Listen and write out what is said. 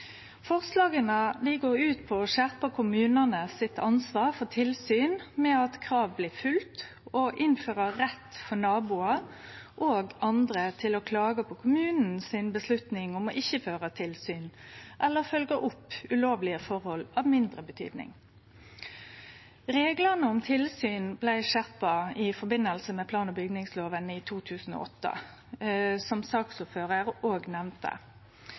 Forslaga går ut på å skjerpe kommunane sitt ansvar for tilsyn med at krav blir følgde, og å innføre rett for naboar og andre til å klage på kommunen sitt vedtak om å ikkje føre tilsyn eller følgje opp ulovlege forhold av mindre betydning. Reglane om tilsyn blei skjerpa i forbindelse med plan- og bygningsloven i 2008, som saksordføraren òg nemnde.